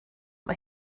mae